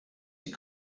die